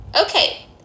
Okay